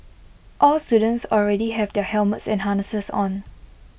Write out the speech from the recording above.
all students already have their helmets and harnesses on